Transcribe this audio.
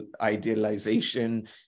idealization